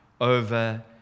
over